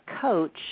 coach